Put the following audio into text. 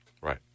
Right